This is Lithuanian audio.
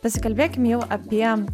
pasikalbėkim jau apie